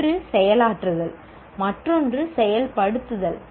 ஒன்று செயலாற்றுதல் மற்றொன்று செயல்படுத்துதல்